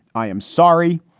i am sorry.